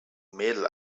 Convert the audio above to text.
mädel